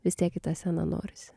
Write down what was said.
vis tiek į tą sceną norisi